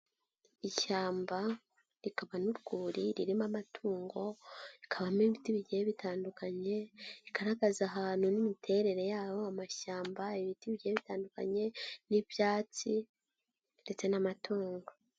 Ishyamba rikaba n'urwuri ririmo amatungo, hakabamo ibiti bigiye bitandukanye, bigaragaza ahantu n'imiterere yaho, amashyamba, ibiti bigiye bitandukanye n'ibyatsi ndetse n'amatungo.